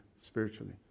spiritually